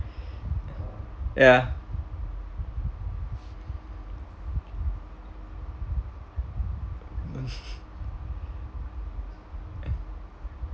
ya